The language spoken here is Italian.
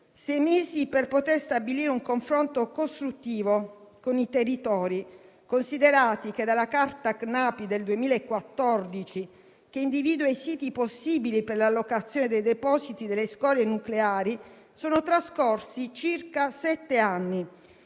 sei mesi per poter stabilire un confronto costruttivo con i territori, considerato che dalla carta CNAPI del 2014, che individua i siti possibili per l'allocazione dei depositi delle scorie nucleari, sono trascorsi circa sette anni.